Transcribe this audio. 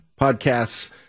podcasts